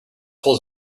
told